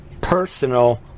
personal